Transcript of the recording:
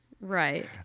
Right